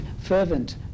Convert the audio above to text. fervent